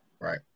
Right